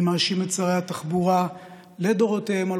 אני מאשים את שרי התחבורה לדורותיהם על